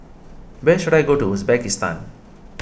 where should I go to Uzbekistan